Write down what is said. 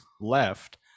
left